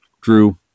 Drew